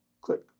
click